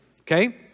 Okay